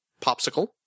popsicle